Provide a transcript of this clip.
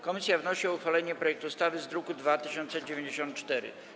Komisja wnosi o uchwalenie projektu ustawy z druku nr 2094.